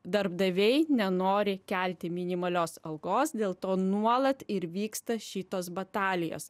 darbdaviai nenori kelti minimalios algos dėl to nuolat ir vyksta šitos batalijos